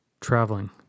traveling